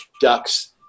ducks